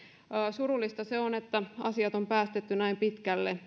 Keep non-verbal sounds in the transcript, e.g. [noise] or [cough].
surullista se on että asiat on päästetty näin pitkälle [unintelligible]